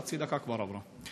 חצי דקה כבר עברה.